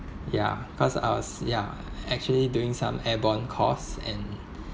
ya cause I was ya actually doing some airborne course and